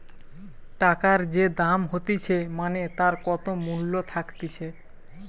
টাকার যে দাম হতিছে মানে তার কত মূল্য থাকতিছে